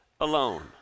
alone